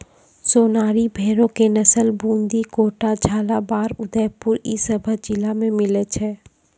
सोनारी भेड़ो के नस्ल बूंदी, कोटा, झालाबाड़, उदयपुर इ सभ जिला मे मिलै छै